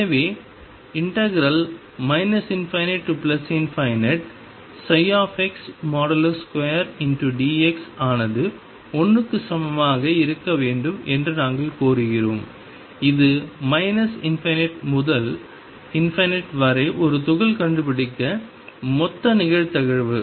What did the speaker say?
எனவே ∞ ψ2dx ஆனது 1 க்கு சமமாக இருக்க வேண்டும் என்று நாங்கள் கோருகிறோம் இது ∞ முதல் வரை ஒரு துகள் கண்டுபிடிக்க மொத்த நிகழ்தகவு